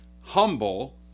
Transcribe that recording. humble